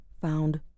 found